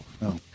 No